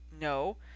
no